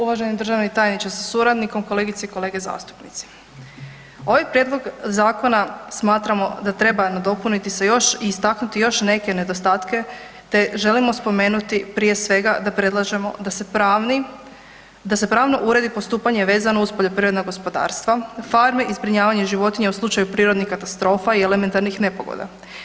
Uvaženi državni tajniče sa suradnikom, kolegice i kolege zastupnici, ovaj prijedlog zakona smatramo da treba nadopuniti sa još i istaknuti još neke nedostatke te želimo spomenuti prije svega da predlažemo da se pravni, da se pravno uredi postupanje vezano uz poljoprivredna gospodarstva, farme i zbrinjavanje životinja u slučaju prirodnih katastrofa i elementarnih nepogoda.